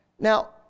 Now